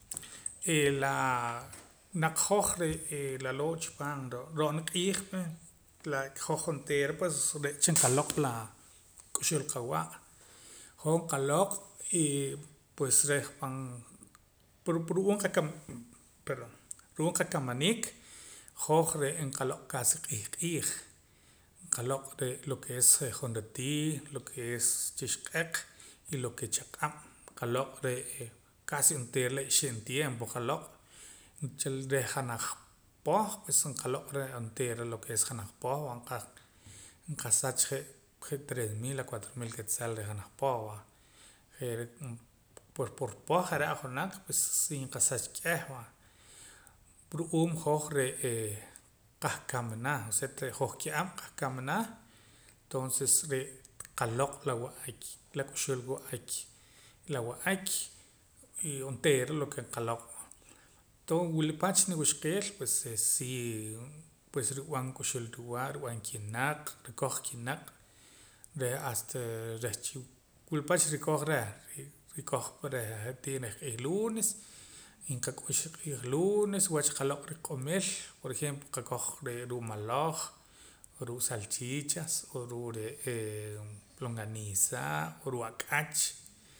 Laa naq hoj re'ee laloo' chipaam ro'na q'iij pue la hoj onteera pues re'cha nqaloq' laa k'uxul qawa' hoj nqaloq' y pues reh pan ru'uum qakamaniik hoj re'ee nqaloq' casi q'ij q'iij nqaloq' lo ke es jonera tii y lo ke es chixq'eq y lo ke chaq'ab' nqaloq' re'ee casi onteera la ixib' tiempo nqaloq' reh janaj poh pues nqaloq' reh onteera lo ke es janaj poh va nqasach je' tres mil a cuatro mil quetzal reh janaj poh va je're reh poh por poh hoj ojonaq pues si nqasach k'eh va ru'uum hoj re'ee qahkamana osea ke re' hoj ki'ab' qahkamana tonses re' nqaloq' la wa'ak la k'uxul wa'ak la wa'ak y onteera lo ke nqaloq' toons wila pach niwuxqeel pues sii pues nrub'an ruk'uxul wa'ak nrib'an kinaq' nrikoj kinaq' reh hasta reh chi wila pach nrikoj reh rikoja pa je'tii reh q'iij lunes y nqak'ux reh q'iij lunes wach qaloq' riq'omil por ejemplo qakoj ree' ruu' maloj o ruu' salchichas o ruu' re'ee longaniza o ruu' ak'ach